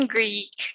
Greek